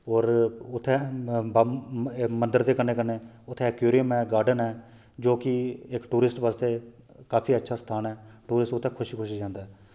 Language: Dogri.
होर उत्थै मंदर दे कन्नै कन्नै उत्थै इकोरियम ऐ गार्डन ऐ जो कि इक टूरिस्ट बास्तै काफी अच्छा स्थान ऐ टूरिस्ट उत्थै खुशी खुशी जंदा ऐ